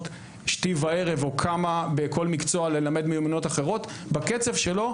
שתי וערב או כמה בכל מקצוע ללמד מיומנויות אחרות בקצב שלו,